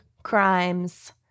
crimes